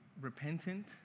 repentant